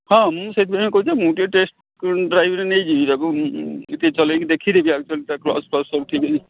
ହଁ ମୁଁ ସେଇଥିପାଇଁ କହୁଛି ମୁଁ ଟିକେ ଟେଷ୍ଟ ଡ୍ରାଇଭରେ ନେଇଯିବି ତାକୁ ଟିକେ ଚଲେଇକି ଦେଖି ଦେବି ଆକ୍ଚ୍ୟୁଆଲି ତା କ୍ଲଜ୍ ଫ୍ଲଜ୍ ସବୁ ଠିକ୍ ଅଛି